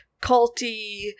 culty